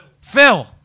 Phil